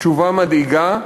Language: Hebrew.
תשובה מדאיגה,